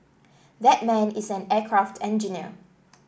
that man is an aircraft engineer